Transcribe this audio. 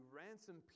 ransom